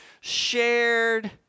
shared